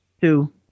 Two